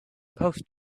post